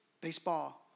baseball